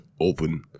open